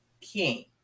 king